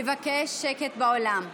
לבקש שקט באולם.